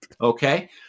okay